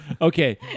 Okay